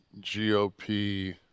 GOP